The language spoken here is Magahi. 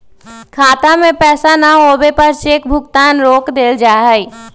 खाता में पैसा न होवे पर चेक भुगतान रोक देयल जा हई